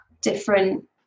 different